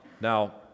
Now